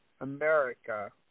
America